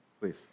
Please